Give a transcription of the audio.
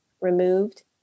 removed